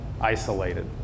isolated